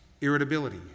Irritability